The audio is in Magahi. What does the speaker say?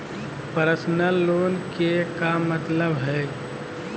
पर्सनल लोन के का मतलब हई?